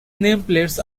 nameplates